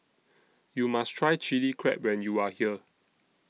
YOU must Try Chilli Crab when YOU Are here